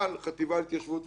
החטיבה להתיישבות וכו'.